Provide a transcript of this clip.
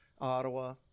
Ottawa